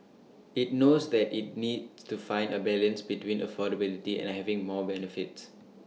IT knows that IT needs to find A balance between affordability and having more benefits